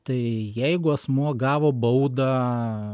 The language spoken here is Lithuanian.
tai jeigu asmuo gavo baudą